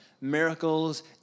Miracles